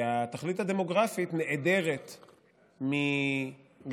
והתכלית הדמוגרפית נעדרת גם,